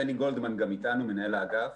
בני גולדמן גם איתנו, מנהל האגף.